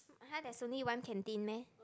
!huh! there's only one canteen meh